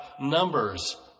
numbers